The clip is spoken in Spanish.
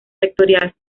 vectorial